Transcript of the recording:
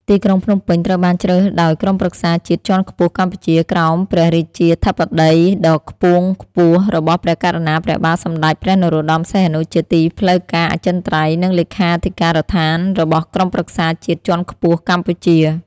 ទីក្រុង ភ្នំពេញត្រូវបានជ្រើសដោយក្រុមប្រឹក្សាជាតិជាន់ខ្ពស់កម្ពុជា ក្រោមព្រះរាជាធិបតីដ៏ខ្ពង់ ខ្ពស់របស់ព្រះករុណាព្រះបាទសម្តេចព្រះនរោត្តម សីហនុ ជាទីផ្លូវការអចិន្ត្រៃយ៍ និងលេខាធិ ការដ្ឋានរបស់ក្រុមប្រឹក្សាជាតិជាន់ខ្ពស់កម្ពុជា។